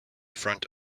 front